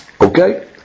Okay